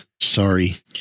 sorry